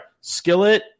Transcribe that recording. Skillet